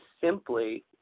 simply